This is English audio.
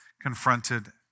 confronted